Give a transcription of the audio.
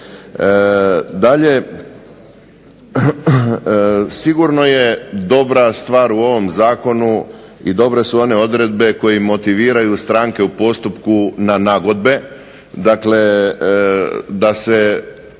Dalje, sigurno je dobra stvar u ovom zakonu i dobre su one odredbe koje motiviraju stranke u postupku na nagodbe, dakle da se